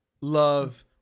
love